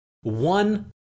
One